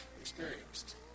experienced